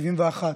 בן 71,